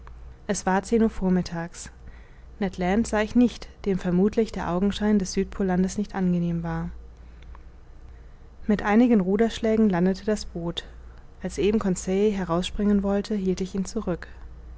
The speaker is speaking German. es war zehn uhr vormittags ned land sah ich nicht dem vermuthlich der augenschein des südpol landes nicht angenehm war mit einigen ruderschlägen landete das boot als eben conseil herausspringen wollte hielt ich ihn zurück